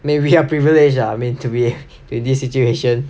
maybe we are privileged lah I mean to be in this situation